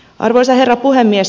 arvoisa herra puhemies